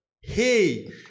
Hey